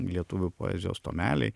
lietuvių poezijos tomeliai